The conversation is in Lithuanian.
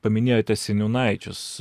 paminėjote seniūnaičius